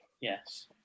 Yes